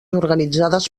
organitzades